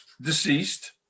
deceased